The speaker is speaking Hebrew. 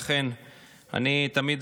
לכן אני תמיד,